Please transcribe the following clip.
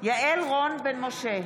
יעל רון בן משה,